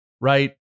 right